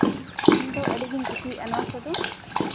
ᱤᱧ ᱫᱚ ᱟᱹᱰᱤ ᱜᱮᱧ ᱠᱩᱥᱤᱭᱟᱜᱼᱟ ᱱᱚᱣᱟ ᱠᱚᱫᱚ